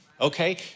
Okay